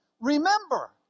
Remember